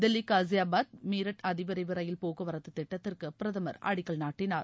தில்லி காஸியாபாத் மீரட் அதிவிரைவு ரயில் போக்குவரத்து திட்டத்திற்கு பிரதமர் அடிக்கல் நாட்டினார்